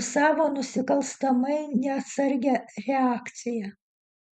už savo nusikalstamai neatsargią reakciją